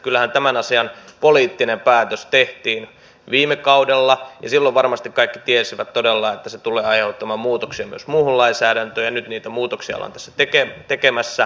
kyllähän tämän asian poliittinen päätös tehtiin viime kaudella ja silloin varmasti kaikki tiesivät todella että se tulee aiheuttamaan muutoksia myös muuhun lainsäädäntöön ja nyt niitä muutoksia ollaan tässä tekemässä